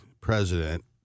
president